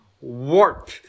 warp